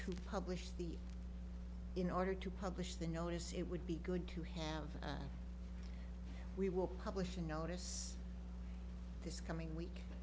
to publish the in order to publish the notice it would be good to have we will publish a notice this coming week